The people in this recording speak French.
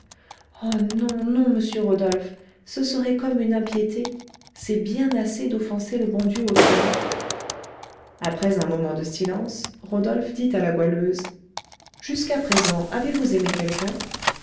oh non non monsieur rodolphe ce serait comme une impiété c'est bien assez d'offenser le bon dieu autrement après un moment de silence rodolphe dit à la goualeuse jusqu'à présent avez-vous aimé quelqu'un